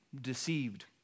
deceived